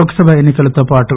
లోక్ సభ ఎన్నికలతో పాటు